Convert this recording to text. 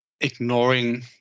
ignoring